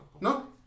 No